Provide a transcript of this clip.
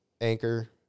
anchor